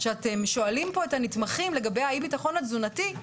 כשאתם שואלים פה את הנתמכים לגבי אי הביטחון התזונתי,